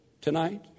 tonight